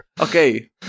okay